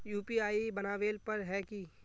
UPI बनावेल पर है की?